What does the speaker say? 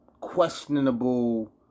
questionable